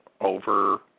over